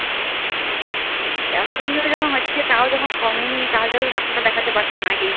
এতো দিন ধরে যখন হচ্ছে তাও যখন কমে নি তাহলে তো ডাক্তার দেখাতে পারতেন আগেই